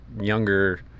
younger